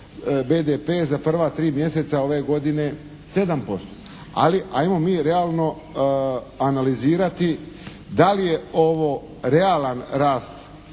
BDP za prva tri mjeseca ove godine 7%, ali ajmo mi realno analizirati da li je ovo realan rast